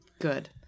Good